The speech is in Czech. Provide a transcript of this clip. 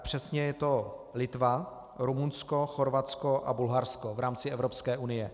Přesně je to Litva, Rumunsko, Chorvatsko a Bulharsko v rámci Evropské unie.